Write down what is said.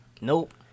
Nope